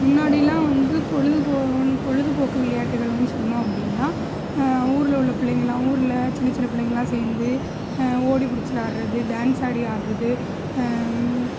முன்னாடிலாம் வந்து பொழுதுபோக்கு விளையாட்டுகள்னு சொன்னோம் அப்படினா ஊரில் உள்ள பிள்ளைங்கள்லாம் ஊரில் சின்ன சின்ன பிள்ளைங்களாம் சேர்ந்து ஓடி பிடிச்சி விளாடுறது டேன்ஸ் ஆடி ஆடுறது